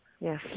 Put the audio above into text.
Yes